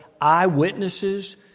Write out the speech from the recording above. eyewitnesses